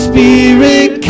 Spirit